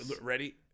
ready